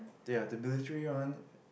ya the military one